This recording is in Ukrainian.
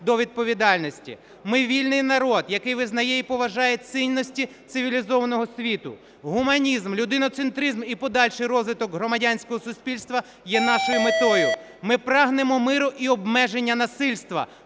до відповідальності. Ми – вільний народ, який визнає і поважає цінності цивілізованого світу. Гуманізм, людиноцентризм і подальший розвиток громадянського суспільства є нашої метою. Ми прагнемо миру і обмеження насильства,